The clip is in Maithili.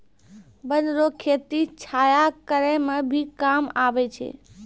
वन रो खेती छाया करै मे भी काम आबै छै